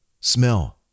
smell